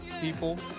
people